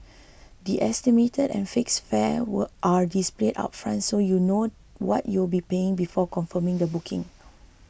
the estimated and fixed fares were are displayed upfront so you know what you'll be paying before confirming a booking